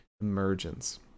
emergence